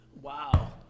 Wow